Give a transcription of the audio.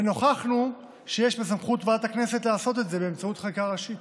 ונוכחנו שיש בסמכות ועדת הכנסת לעשות את זה באמצעות חקיקה ראשית.